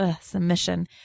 submission